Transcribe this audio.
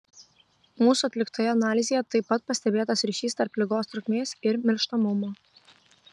mūsų atliktoje analizėje taip pat pastebėtas ryšys tarp ligos trukmės ir mirštamumo